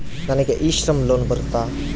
ನನಗೆ e Shram loan ಬರುತ್ತಾ?